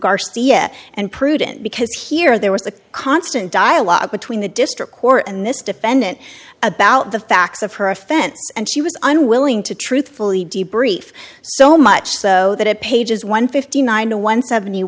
garcia and prudent because here there was a constant dialogue between the district court and this defendant about the facts of her offense and she was unwilling to truthfully debrief so much so that at pages one fifty nine to one seventy